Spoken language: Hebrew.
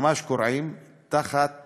ממש כורעים, תחת